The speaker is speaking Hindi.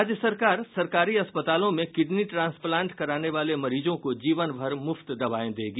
राज्य सरकार सरकारी अस्पतालों में किडनी ट्रांसप्लांट कराने वाले मरीजों को जीवनभर मुफ्त दवा देगी